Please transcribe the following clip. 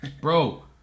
bro